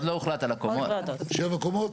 שבע קומות?